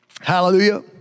Hallelujah